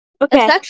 Okay